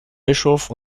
bischof